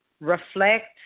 reflect